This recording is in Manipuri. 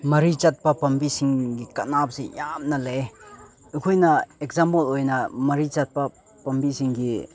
ꯃꯔꯤ ꯆꯠꯄ ꯄꯥꯝꯕꯤꯁꯤꯡꯒꯤ ꯀꯥꯟꯅꯕꯁꯦ ꯌꯥꯝꯅ ꯂꯩꯌꯦ ꯑꯩꯈꯣꯏꯅ ꯑꯦꯛꯖꯥꯝꯄꯜ ꯑꯣꯏꯅ ꯃꯔꯤ ꯆꯠꯄ ꯄꯥꯝꯕꯤꯁꯤꯡꯒꯤ